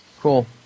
Cool